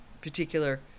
particular